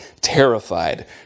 terrified